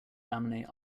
laminate